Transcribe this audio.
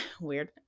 weird